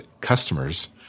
customers